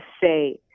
say